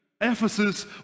Ephesus